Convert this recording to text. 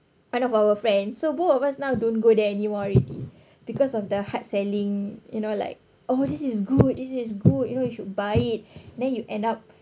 one of our friend so both of us now don't go there anymore already because of their hard selling you know like oh this is good this is good you know you should buy it then you end up